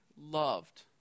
loved